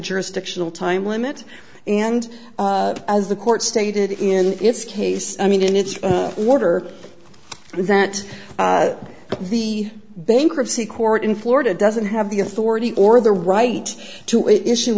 jurisdictional time limit and as the court stated in its case i mean in its order that the bankruptcy court in florida doesn't have the authority or the right to issue